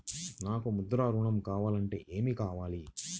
నాకు ముద్ర ఋణం కావాలంటే ఏమి కావాలి?